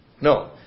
No